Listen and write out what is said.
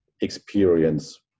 experience